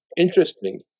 interesting